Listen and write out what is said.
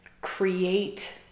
create